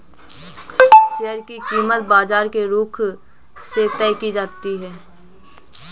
share की कीमत बाजार के रुख से तय की जाती है